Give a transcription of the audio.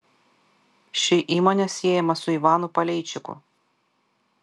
ši įmonė siejama su ivanu paleičiku